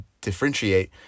differentiate